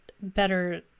better